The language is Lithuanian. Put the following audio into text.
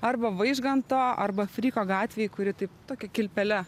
arba vaižganto arba fryko gatvėj kuri taip tokia kilpele